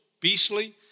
beastly